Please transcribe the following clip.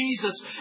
Jesus